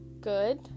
Good